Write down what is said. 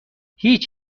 هیچ